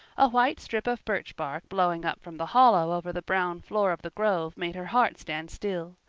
a white strip of birch bark blowing up from the hollow over the brown floor of the grove made her heart stand still.